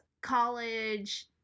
college